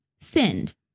sinned